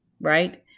right